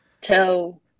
tell